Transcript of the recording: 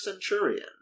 centurion